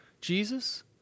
Jesus